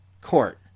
court